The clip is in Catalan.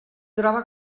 troba